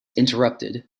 interrupted